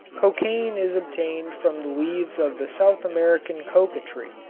cocain is obtained from the leaves of the south american coca tree,